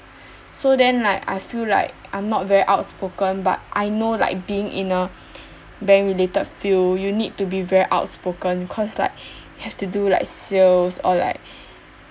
so then like I feel like I'm not very outspoken but I know like being in a bank related field you need to be very outspoken cause like have to do like sales or like